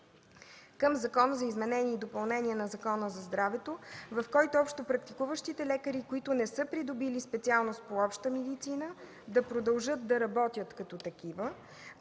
към Закона за изменение и допълнение на Закона за здравето, в който общопрактикуващите лекари, които не са придобили специалност по „Обща медицина”, да продължат да работят като такива.